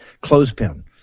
clothespin